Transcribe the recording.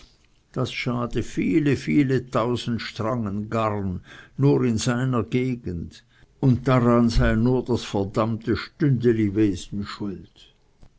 das schade viele viele tausend strangen garn nur in seiner gegend und daran sei nur das v stündeliwesen schuld